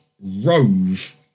Rove